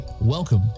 Welcome